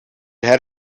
had